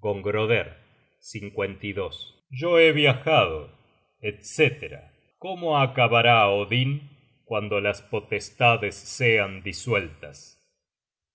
from google book search generated at gongroder yo he viajado etc cómo acabará odin cuando las potestades sean disueltas